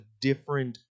different